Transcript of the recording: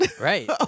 Right